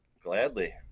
gladly